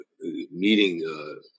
meeting